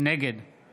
נגד מכלוף